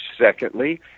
Secondly